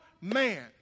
man